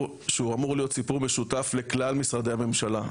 שהוא אמור להיות סיפור משותף לכלל משרדי הממשלה.